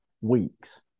weeks